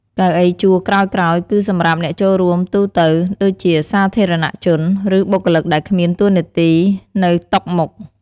កៅអីជួរក្រោយៗ គឺសម្រាប់អ្នកចូលរួមទូទៅ ដូចជាសាធារណជន ឬបុគ្គលិកដែលគ្មានតួនាទីនៅតុមុខ។